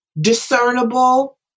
discernible